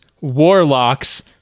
warlocks